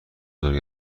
بزرگ